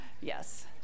yes